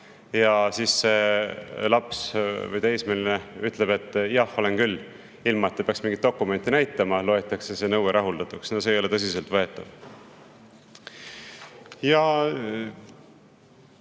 vanem?" ja laps või teismeline ütleb: "Jah, olen küll," ning ilma et ta peaks mingeid dokumente näitama, loetakse see nõue rahuldatuks. See ei ole tõsiselt võetav.